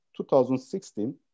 2016